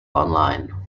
online